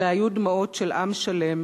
אלה היו דמעות של עם שלם,